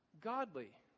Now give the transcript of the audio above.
godly